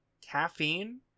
Caffeine